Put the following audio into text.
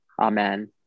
Amen